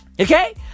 Okay